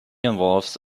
involves